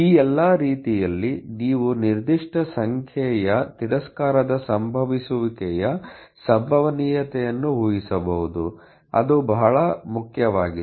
ಈ ಎಲ್ಲಾ ರೀತಿಯಲ್ಲಿ ನೀವು ನಿರ್ದಿಷ್ಟ ಸಂಖ್ಯೆಯ ತಿರಸ್ಕಾರದ ಸಂಭವಿಸುವಿಕೆಯ ಸಂಭವನೀಯತೆಯನ್ನು ಊಹಿಸಬಹುದು ಅದು ಬಹಳ ಮುಖ್ಯವಾಗಿದೆ